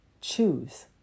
choose